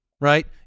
right